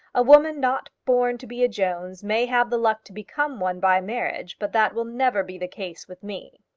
a woman not born to be a jones may have the luck to become one by marriage, but that will never be the case with me.